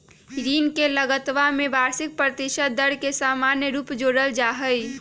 ऋण के लगतवा में वार्षिक प्रतिशत दर के समान रूप से जोडल जाहई